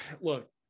look